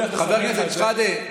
חבר הכנסת שחאדה,